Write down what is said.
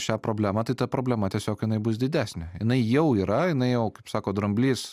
šią problemą tai ta problema tiesiog jinai bus didesnė jinai jau yra jinai jau kaip sako dramblys